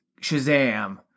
Shazam